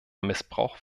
missbrauch